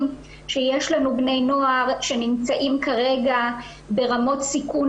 שיש לנו בני נוער שנמצאים כרגע ברמות סיכון,